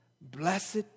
Blessed